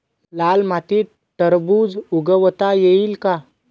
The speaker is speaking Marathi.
लाल मातीत टरबूज उगवता येईल का?